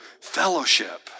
fellowship